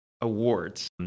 awards